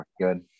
good